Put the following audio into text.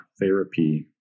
therapy